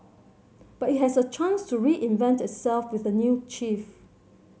but it has a chance to reinvent itself with a new chief